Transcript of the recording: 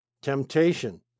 temptation